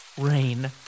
Rain